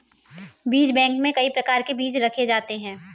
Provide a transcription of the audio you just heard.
बीज बैंक में कई प्रकार के बीज रखे जाते हैं